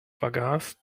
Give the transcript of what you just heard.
vergaß